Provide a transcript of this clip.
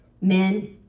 Men